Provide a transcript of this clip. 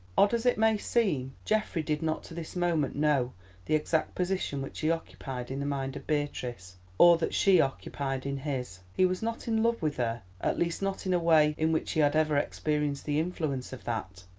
odd as it may seem, geoffrey did not to this moment know the exact position which he occupied in the mind of beatrice, or that she occupied in his. he was not in love with her, at least not in a way in which he had ever experienced the influence of that,